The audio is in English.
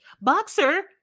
Boxer